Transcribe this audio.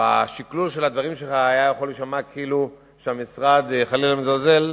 בשקלול של הדברים שלך היה יכול להישמע כאילו שהמשרד חלילה מזלזל,